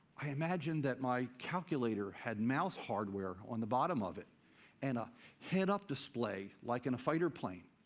i imagined that my calculator had mouse hardware on the bottom of it and a head-up display, like in a fighter plane.